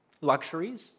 luxuries